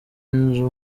inzu